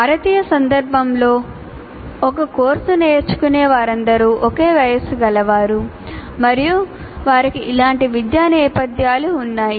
భారతీయ సందర్భంలో ఒక కోర్సు నేర్చుకునే వారందరూ ఒకే వయస్సు గలవారు మరియు వారికి ఇలాంటి విద్యా నేపథ్యాలు ఉన్నాయి